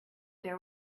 there